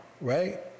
right